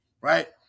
right